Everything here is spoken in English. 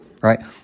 right